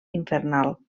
infernal